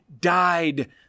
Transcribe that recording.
died